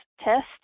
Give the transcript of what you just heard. test